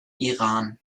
iran